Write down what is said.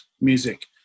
music